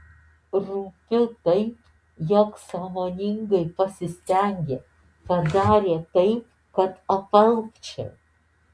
rūpiu taip jog sąmoningai pasistengė padarė taip kad apalpčiau